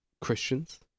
Christians